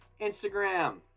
instagram